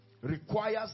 requires